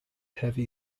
heavy